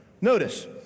Notice